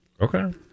Okay